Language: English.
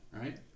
right